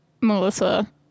Melissa